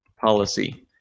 policy